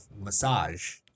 massage